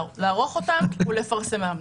לערוך אותם ולפרסמם.